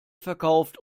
verkauft